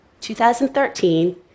2013